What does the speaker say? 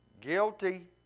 Guilty